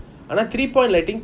ஆனா:aana three point lighting